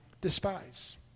despise